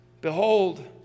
behold